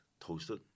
toasted